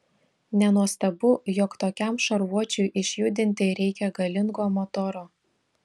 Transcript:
nenuostabu jog tokiam šarvuočiui išjudinti reikia galingo motoro